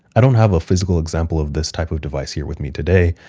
i don't have a physical example of this type of device here with me today,